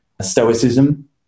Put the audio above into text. Stoicism